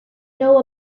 know